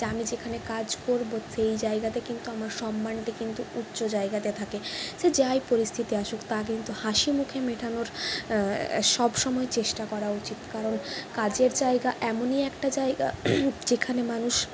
যে আমি যেখানে কাজ করবো সেই জায়গাতে কিন্তু আমার সম্মানটা কিন্তু উচ্চ জায়গাতে থাকে সে যাই পরিস্থিতি আসুক তা কিন্তু হাসিমুখে মেটানোর সবসময় চেষ্টা করা উচিত কারণ কাজের জায়গা এমনই একটা জায়গা যেখানে মানুষ